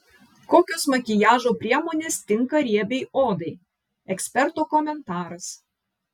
kokios makiažo priemonės tinka riebiai odai eksperto komentaras